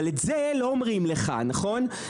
אבל את זה לא אומרים לך, נכון?